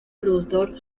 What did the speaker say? productor